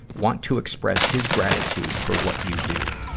want to express his gratitude for what you do.